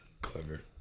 Clever